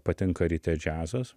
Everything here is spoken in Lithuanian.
patinka ryte džiazas